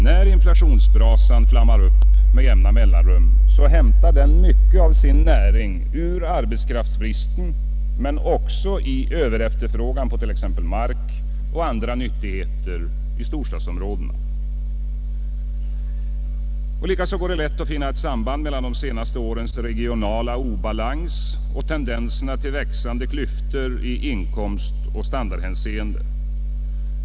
När inflationsbrasan flammar upp med jämna mellanrum hämtar den mycket av sin näring ur arbetskraftsbristen men också ur överefterfrågan på mark och andra nyttigheter i storstadsområdena. Likaså går det lätt att finna ett samband mellan de senaste årens regionala obalans och tendenserna till växande klyftor i inkomstoch standardhänseende.